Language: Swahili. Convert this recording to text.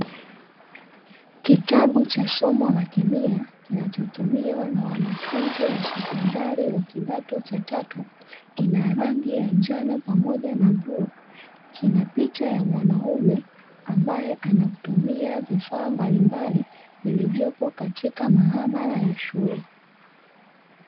Kitabu cha somo la kemia kinacho tumiwa na wanafunzi wa sekondari wa kidato cha tatu. Kina rangi ya njano pamoja na bluu, kina picha ya mwanaume ambaye anatumia vifaa mbalimbali vilivyopo katika maabara ya shule.